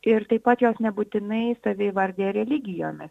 ir taip pat jos nebūtinai save įvardija religijomis